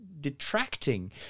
detracting